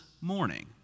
morning